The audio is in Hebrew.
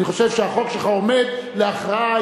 אני חושב שהחוק שלך עומד להכרעה.